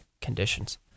conditions